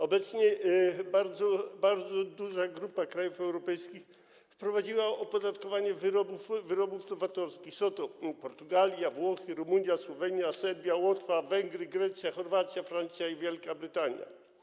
Obecnie bardzo duża grupa krajów europejskich wprowadziła opodatkowanie wyrobów nowatorskich, są to Portugalia, Włochy, Rumunia, Słowenia, Serbia, Łotwa, Węgry, Grecja, Chorwacja, Francja i Wielka Brytania.